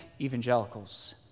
evangelicals